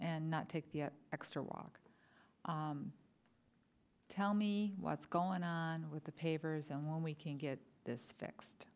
and not take the extra walk tell me what's going on with the pavers and when we can get this fixed